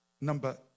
number